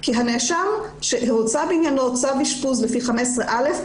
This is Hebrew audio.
כי הנאשם שהוצא בעניינו צו אשפוז לפי 15(א),